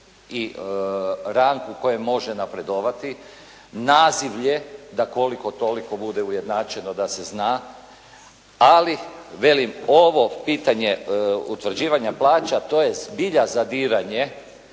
i rang u kojem može napredovati, nazivlje da koliko toliko bude ujednačeno da se zna. Ali kažem, ovo pitanje utvrđivanja plaća to je zbilja zadiranje